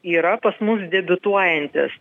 yra pas mus debiutuojantis